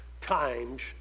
times